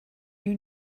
you